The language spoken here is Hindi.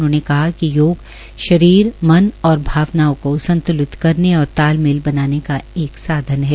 उन्होंने कहा कि योग शरीर मन की भावनाओं को संतलित करने और तालमेल बनाने का एक साधन है